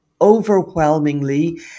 overwhelmingly